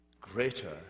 greater